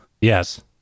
Yes